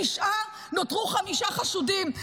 מתשעה נותרו חמישה חשודים.